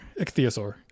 ichthyosaur